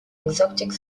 exotic